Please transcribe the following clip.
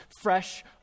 fresh